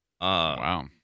Wow